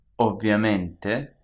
Ovviamente